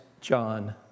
John